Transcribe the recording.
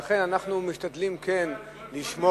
ולכן אנחנו משתדלים כן לשמור